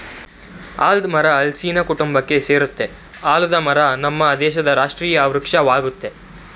ಆಲದ್ ಮರ ಹಲ್ಸಿನ ಕುಟುಂಬಕ್ಕೆ ಸೆರಯ್ತೆ ಆಲದ ಮರ ನಮ್ ದೇಶದ್ ರಾಷ್ಟ್ರೀಯ ವೃಕ್ಷ ವಾಗಯ್ತೆ